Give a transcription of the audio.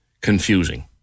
confusing